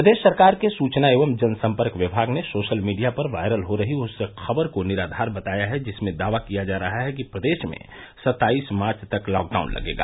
प्रदेश सरकार के सूचना एवं जन सम्पर्क विमाग ने सोशल मीडिया पर वायरल हो रही उस खबर को निराधार बताया है जिसमें दावा किया जा रहा है कि प्रदेश में सत्ताईस मार्च तक लॉकडाउन लगेगा